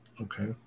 Okay